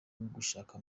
gushaka